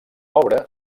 obra